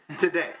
today